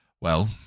Well